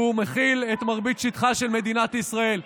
שהוא מכיל את מרבית שטחה של מדינת ישראל,